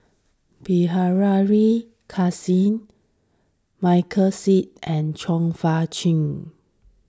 Bilahari Kausikan Michael Seet and Chong Fah Cheong